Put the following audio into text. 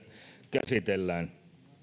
käsitellään